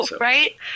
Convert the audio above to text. Right